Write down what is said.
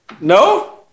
No